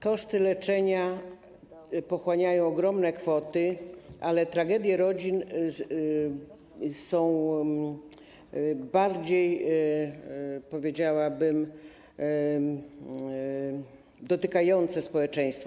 Koszty leczenia pochłaniają ogromne kwoty, ale tragedie rodzin są bardziej, powiedziałabym, dotykające społeczeństwo.